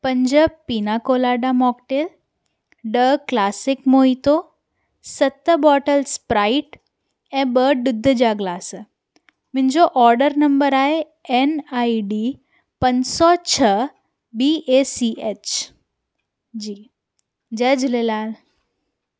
पंज pina colada mocktail ॾह classic mojito सत बॉटल्स स्प्राइट ऐं ॿ ॾुध जा ग्लास मुंहिंजो ऑडर नंबर आहे एन आई डी पंज सौ छह B A C H G जय झूलेलाल